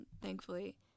thankfully